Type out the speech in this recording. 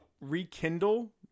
rekindle